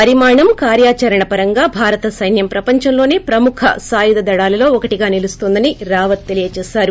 పరిమాణం కార్యాచరణ పరంగా భారత సైన్యం ప్రపంచంలోసే ప్రముఖ సాయుధ దళాలలో ఒకటిగా నిలున్తోందని రావత్ తెలియజేశారు